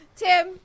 Tim